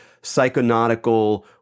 psychonautical